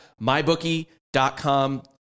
mybookie.com